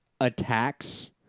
attacks